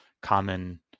common